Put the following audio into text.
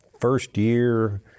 first-year